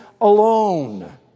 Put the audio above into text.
alone